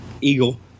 eagle